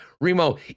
Remo